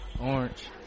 Orange